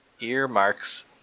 earmarks